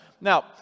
Now